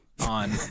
on